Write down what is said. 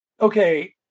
Okay